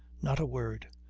not a word.